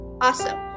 Awesome